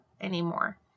anymore